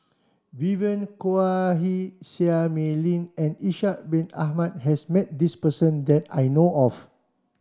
Vivien Quahe Seah Mei Lin and Ishak bin Ahmad has met this person that I know of